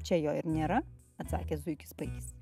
čia jo ir nėra atsakė zuikis puikis